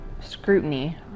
scrutiny